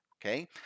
okay